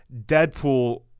Deadpool